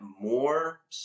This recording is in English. more